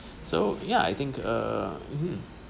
so yeah I think uh mmhmm